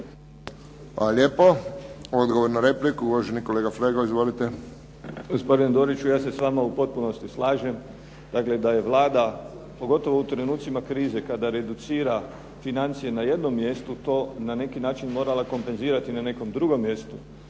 lijepo. Odgovor na repliku, uvaženi kolega Flego. Izvolite. **Flego, Gvozden Srećko (SDP)** Gospodine Doriću, ja se s vama u potpunosti slažem, dakle da je Vlada pogotovo u trenucima krize kada reducira financije na jednom mjestu to na neki način morala kompenzirati na nekom drugom mjestu.